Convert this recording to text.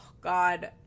God